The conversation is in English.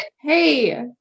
hey